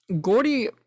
Gordy